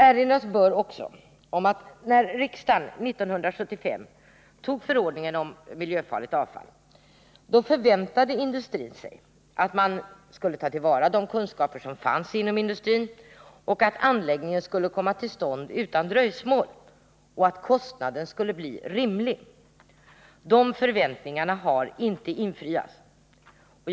Erinras bör också om att när riksdagen 1975 antog förordningen om miljöfarligt avfall förväntade industrin sig att man skulle ta till vara de kunskaper som fanns inom industrin och att anläggningen skulle komma till stånd utan dröjsmål liksom att kostnaden skulle bli rimlig. Dessa förväntningar har inte infriats.